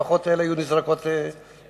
המשפחות האלה היו נזרקות לרחוב.